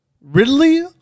Ridley